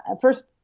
first